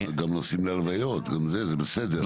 גם נוסעים להלוויות, גם זה, זה בסדר.